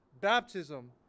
baptism